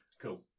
Cool